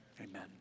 Amen